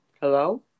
Hello